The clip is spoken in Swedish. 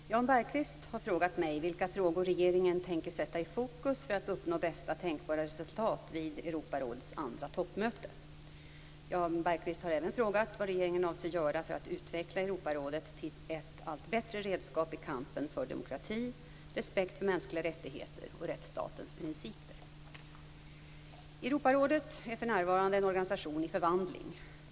Fru talman! Jan Bergqvist har frågat mig vilka frågor regeringen tänker sätta i fokus för att uppnå bästa tänkbara resultat vid Europarådets andra toppmöte. Jan Bergqvist har även frågat vad regeringen avser att göra för att utveckla Europarådet till ett allt bättre redskap i kampen för demokrati, respekt för mänskliga rättigheter och rättsstatens principer. Europarådet är för närvarande en organisation i förvandling.